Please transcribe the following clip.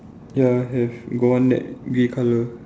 ya have got one net grey colour